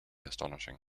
astonishing